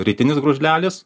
rytinis gružlelis